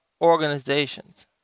organizations